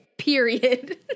Period